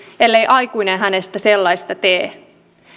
ellei aikuinen hänestä sellaista tee